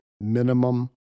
minimum